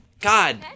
God